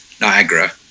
Niagara